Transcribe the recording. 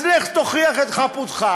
אז לך תוכיח את חפותך,